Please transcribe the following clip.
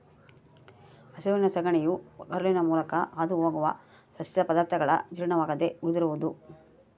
ಹಸುವಿನ ಸಗಣಿಯು ಕರುಳಿನ ಮೂಲಕ ಹಾದುಹೋಗುವ ಸಸ್ಯ ಪದಾರ್ಥಗಳ ಜೀರ್ಣವಾಗದೆ ಉಳಿದಿರುವುದು